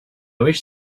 wish